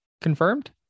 confirmed